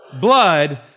blood